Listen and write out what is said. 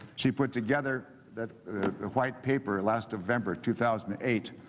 she put together the white paper last november, two thousand and eight.